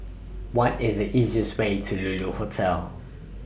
What IS The easiest Way to Lulu Hotel